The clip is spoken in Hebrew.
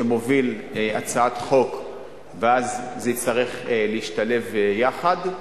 שמוביל הצעת חוק ואז זה יצרך להשתלב יחד,